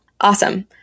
awesome